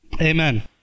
Amen